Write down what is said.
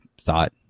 thought